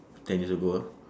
ten years ago ah